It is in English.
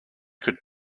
could